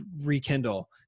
rekindle